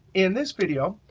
in this video,